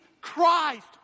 Christ